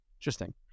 Interesting